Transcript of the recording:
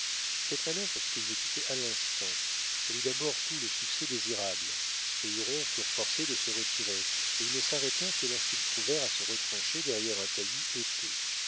cette manœuvre fut exécutée à l'instant elle eut d'abord tout le succès désirable les hurons furent forcés de se retirer et ils ne s'arrêtèrent que lorsqu'ils trouvèrent à se retrancher derrière un taillis épais